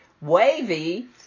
wavy